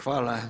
Hvala